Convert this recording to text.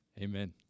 Amen